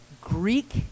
Greek